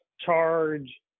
charge